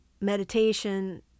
meditation